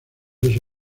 ese